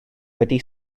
wedi